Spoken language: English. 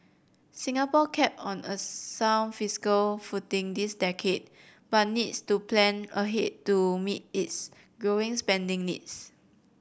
Singapore kept on a sound fiscal footing this decade but needs to plan ahead to meet its growing spending needs